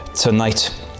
tonight